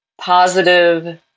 positive